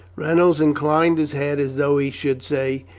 reynolds inclined his head as though he should say,